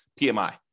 PMI